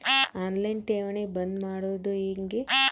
On line ಠೇವಣಿ ಬಂದ್ ಮಾಡೋದು ಹೆಂಗೆ?